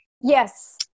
yes